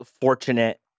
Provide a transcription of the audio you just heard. fortunate